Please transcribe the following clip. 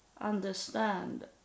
understand